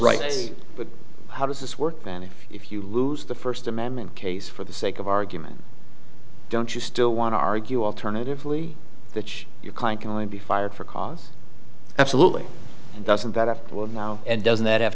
rights but how does this work then if you lose the first amendment case for the sake of argument don't you still want to argue alternatively which you can't be fired for cause absolutely doesn't that have to have now and doesn't that have